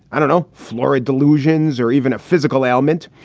i don't know, florid delusions or even a physical ailment.